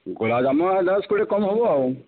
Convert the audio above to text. ଗୋଲପଜାମୁନ ହେ ଦଶ କୋଡ଼ିଏ କମ୍ ହେବ ଆଉ